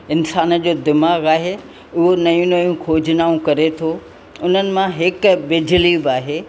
इंसान जो दिमाग़ु आहे उहो नयूं नयूं खोजनाऊं करे थो उन्हनि मां हिकु बिजली बि आहे